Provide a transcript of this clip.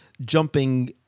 jumping